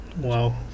wow